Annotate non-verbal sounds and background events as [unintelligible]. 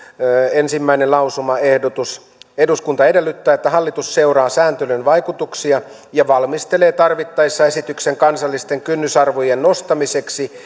ensimmäinen lausumaehdotus eduskunta edellyttää että hallitus seuraa sääntelyn vaikutuksia ja valmistelee tarvittaessa esityksen kansallisten kynnysarvojen nostamiseksi [unintelligible]